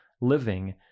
living